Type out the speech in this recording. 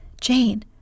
Jane